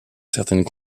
certaines